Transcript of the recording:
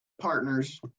partners